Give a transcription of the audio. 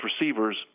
receivers